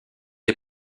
est